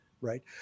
right